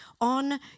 on